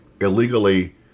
illegally